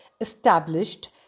established